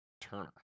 turner